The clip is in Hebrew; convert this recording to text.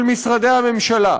של משרדי הממשלה,